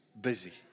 busy